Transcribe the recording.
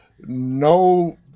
No